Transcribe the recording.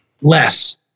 less